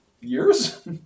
years